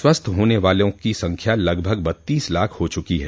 स्वस्थ होने वालों की संख्या लगभग बत्तीस लाख हो चुकी है